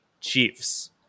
Chiefs